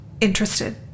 interested